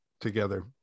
together